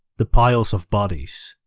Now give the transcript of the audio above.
the piles of bodies,